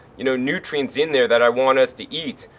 you know, nutrients in there that i want us to eat,